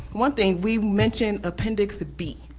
one thing, we mentioned appendix b,